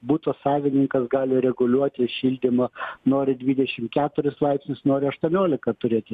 buto savininkas gali reguliuoti šildymą nori dvidešim keturis laipsnius nori aštuoniolika turėti